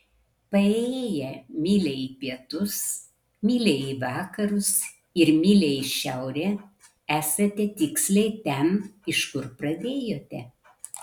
paėjėję mylią į pietus mylią į vakarus ir mylią į šiaurę esate tiksliai ten iš kur pradėjote